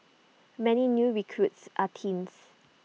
many new recruits are teens